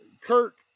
Kirk